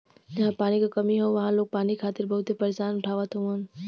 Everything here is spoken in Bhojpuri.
जहां पानी क कमी हौ वहां लोग पानी खातिर बहुते परेशानी उठावत हउवन